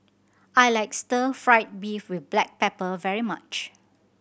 I like stir fried beef with black pepper very much